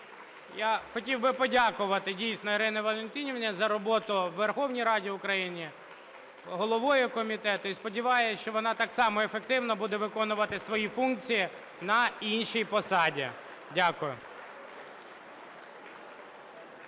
Я хотів подякувати дійсно Ірині Валентинівні за роботу в Верховній Раді України, головою комітету. І сподіваюсь, що вона так само ефективно буде виконувати свої функції на іншій посаді. Дякую.